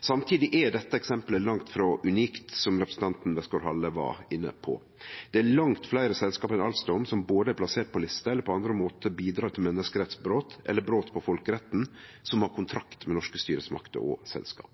Samtidig er dette eksempelet langt frå unikt, som representanten Westgaard-Halle var inne på. Det er langt fleire selskap enn Alstom som anten er plassert på lista eller på andre måtar bidreg til menneskerettsbrot eller brot på folkeretten, som har kontraktar med norske styresmakter og norske selskap.